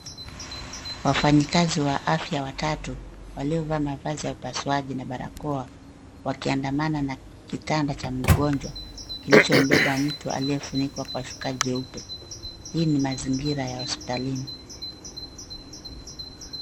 Wafanyanyikazi wa afya watatu, waliovaa mavazi ya upasuaji na barakoa, wakiandamana na kitanda cha mgonjwa kilichombeba mtu aliyefunikwa kwa shuka jeupe. Haya ni mazingira ya hospitalini.